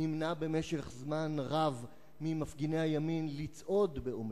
נמנע במשך זמן רב ממפגיני הימין לצעוד באום-אל-פחם,